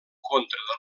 contra